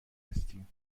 هستین